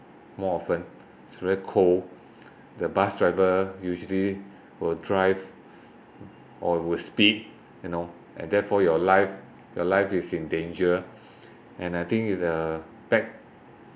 more often it's very cold the bus driver usually will drive or will speak you know and therefore your life your life is in danger and I think the back